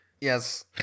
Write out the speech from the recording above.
Yes